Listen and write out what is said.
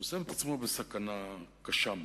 הוא שם את עצמו בסכנה קשה מאוד.